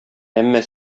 әмма